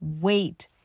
wait